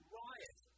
riot